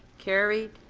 carried.